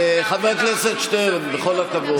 אתה לא יכול, חבר הכנסת שטרן, בכל הכבוד.